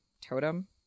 totem